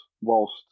whilst